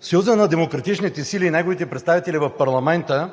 Съюзът на демократичните сили и неговите представители в парламента